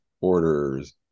orders